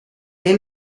and